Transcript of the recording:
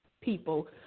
people